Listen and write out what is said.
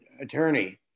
attorney